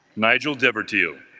nigel devarteel